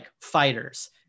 fighters